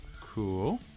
Cool